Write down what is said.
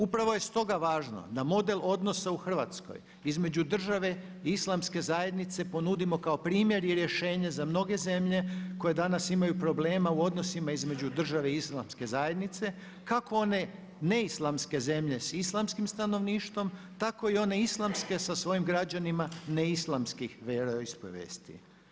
Upravo je stoga važno da model odnosa u Hrvatskoj između države Islamske zajednice ponudimo kao primjer i rješenje za mnoge zemlje koje danas imaju problema u odnosima između države Islamske zajednice kako one neislamske zemlje s islamskim stanovništvom tako i one islamske sa svojim građanima neislamskim vjeroispovijesti.